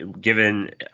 given